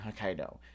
Hokkaido